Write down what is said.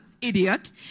idiot